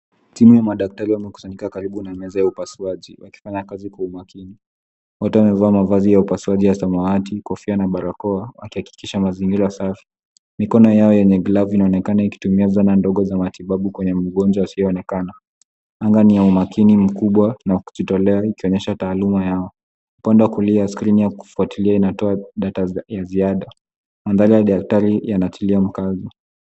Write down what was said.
Timu ya madaktari imekusanyika karibu na meza ya wakifanya kazi kwa umaakini. Wote wamevaa mavazi ya upasuaji ya samawati kofia na barakoa wakihakikisha mazingira safi . Mikono yao yenye glavu inaonekana ikitumia zana ndogo za matibabu kwenye mgonjwa asiyeonekana. Nyumba ni ya umaakini mkubwa na kujitolea ikionyesha taaluma yao. Upande wa kulia skrini ya kufuatilia inatoa data ya ziada. Mandhari ya daktari yanatilia mkazo.